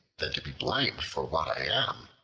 than to be blamed for what i am.